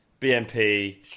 BNP